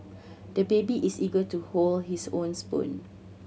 the baby is eager to hold his own spoon